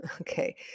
Okay